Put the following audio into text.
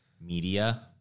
media